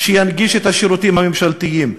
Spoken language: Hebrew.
שינגיש את השירותים הממשלתיים?